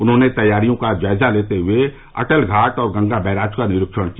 उन्होंने तैयारियों का जायजा लेते हुए अटल घाट और गंगा बैराज का निरीक्षण किया